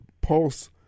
pulse